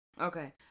Okay